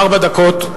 ארבע דקות.